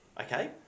okay